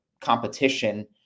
competition